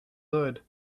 load